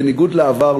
בניגוד לעבר,